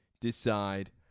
decide